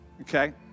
Okay